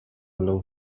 low